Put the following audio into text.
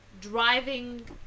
driving